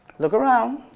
look around.